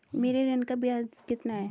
मेरे ऋण का ब्याज कितना है?